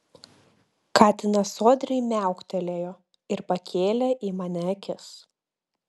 katinas sodriai miauktelėjo ir pakėlė į mane akis